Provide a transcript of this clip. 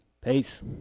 peace